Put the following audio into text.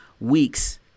weeks